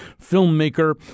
filmmaker